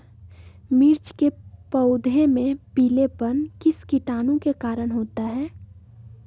मिर्च के पौधे में पिलेपन किस कीटाणु के कारण होता है?